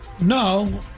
No